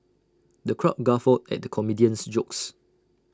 the crowd guffawed at the comedian's jokes